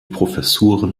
professuren